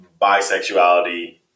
bisexuality